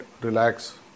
relax